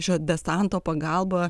šio desanto pagalba